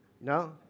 No